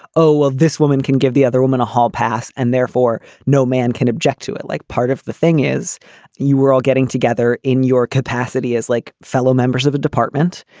oh, this woman can give the other woman a hall pass and therefore no man can object to it. like part of the thing is you were all getting together in your capacity as like fellow members of a department.